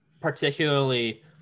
Particularly